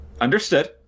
Understood